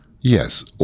Yes